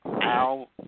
Al